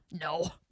No